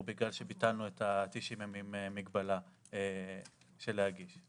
בגלל שביטלנו את המגבלה של 90 ימים להגיש.